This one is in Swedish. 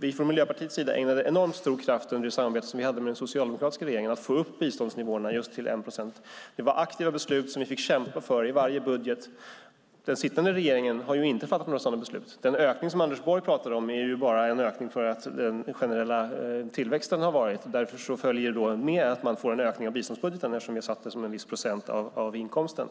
Vi från Miljöpartiet ägnade enormt stor kraft under det samarbete vi hade med den socialdemokratiska regeringen att få upp biståndsnivåerna just till 1 procent. Det var aktiva beslut som vi fick kämpa för i varje budget. Den sittande regeringen har inte fattat några sådana beslut. Den ökning Anders Borg talar om är bara en ökning för den generella tillväxt som varit. Därav följer att man får en ökning av biståndsbudgeten, eftersom vi har satt det som en viss procent av bruttonationalinkomsten.